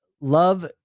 love